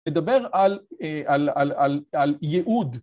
‫לדבר על..על..על יעוד.